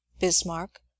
Bismarck